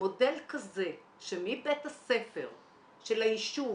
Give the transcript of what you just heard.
מודל כזה שמבית הספר של היישוב